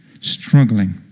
struggling